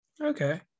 Okay